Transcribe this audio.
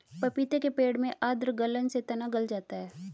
पपीते के पेड़ में आद्र गलन से तना गल जाता है